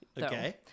Okay